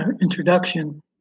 introduction